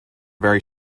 very